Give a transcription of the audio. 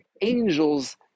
angels